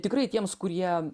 tikrai tiems kurie